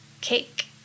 cake